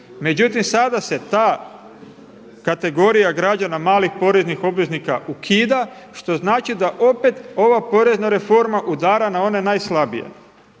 međutim sada se ta kategorija građana malih poreznih obveznika ukida što znači da opet ova porezna reforma udara na one najslabije.